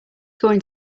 going